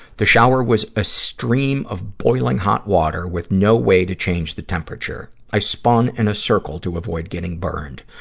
the shower was a stream of boiling hot water with no way to change the temperature. i spun in a circle to avoid getting burned.